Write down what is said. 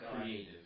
creative